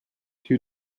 two